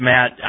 Matt